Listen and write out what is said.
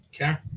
Okay